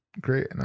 great